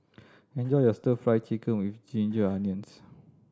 enjoy your Stir Fry Chicken with ginger onions